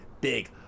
big